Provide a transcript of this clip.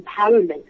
empowerment